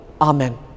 Amen